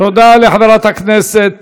תודה לחברת הכנסת